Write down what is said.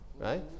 right